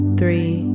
three